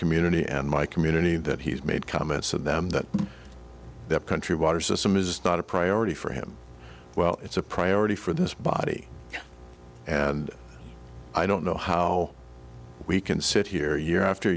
community and my community that he's made comments of them that the country water system is not a priority for him well it's a priority for this body and i don't know how we can sit here year after